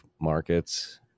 markets